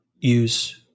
use